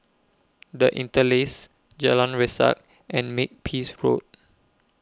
The Interlace Jalan Resak and Makepeace Road